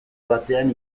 batean